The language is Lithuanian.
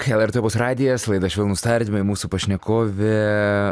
lrt opus radijas laida švelnūs tardymai mūsų pašnekovė